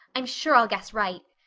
i'm sure i'll guess right.